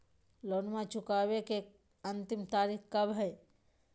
लोनमा चुकबे के अंतिम तारीख कब हय?